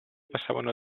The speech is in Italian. passavano